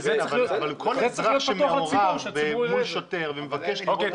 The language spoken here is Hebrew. זה צריך להיות פתוח לציבור, שהציבור יראה את זה.